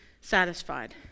satisfied